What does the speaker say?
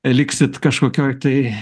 liksit kažkokioj tai